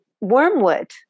wormwood